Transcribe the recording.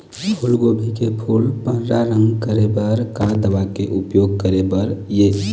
फूलगोभी के फूल पर्रा रंग करे बर का दवा के उपयोग करे बर ये?